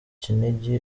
kinigi